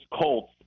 Colts